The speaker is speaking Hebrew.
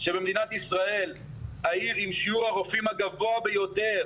שבמדינת ישראל העיר עם שיעור הרופאים הגבוה ביותר